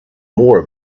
more